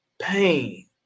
pain